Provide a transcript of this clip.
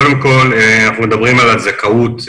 קודם כל, אנחנו מדברים על הזכאות.